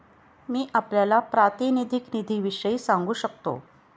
मी आपल्याला प्रातिनिधिक निधीविषयी सांगू शकतो